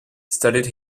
studied